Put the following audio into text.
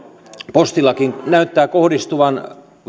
postilakiin näyttää kohdistuvan